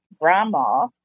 grandma